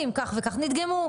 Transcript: כך וכך נדגמו,